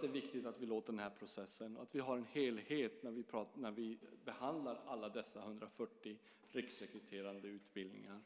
Det är viktigt att vi låter processen fortgå och att vi har en helhet när vi behandlar alla dessa 140 riksrekryterande utbildningar.